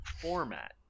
format